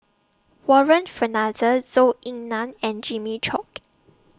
Warren Fernandez Zhou Ying NAN and Jimmy Chok